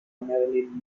marilyn